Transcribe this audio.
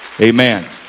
amen